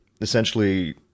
essentially